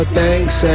thanks